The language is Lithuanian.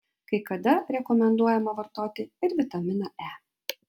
kai kada rekomenduojama vartoti ir vitaminą e